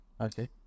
Okay